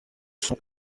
sont